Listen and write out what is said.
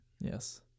Yes